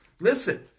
Listen